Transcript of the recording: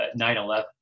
9-11